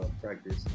practice